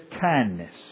kindness